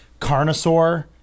Carnosaur